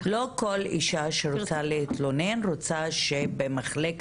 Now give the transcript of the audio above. לא כל אשה שרוצה להתלונן רוצה שבמחלקת